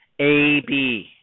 A-B